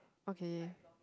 okay